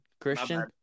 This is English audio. Christian